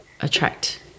attract